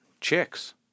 chicks